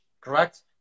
correct